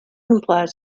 implies